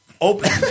open